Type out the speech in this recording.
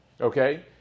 okay